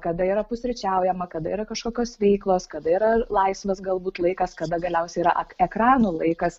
kada yra pusryčiaujama kada yra kažkokios veiklos kada yra laisvas galbūt laikas kada galiausiai yra ekranų laikas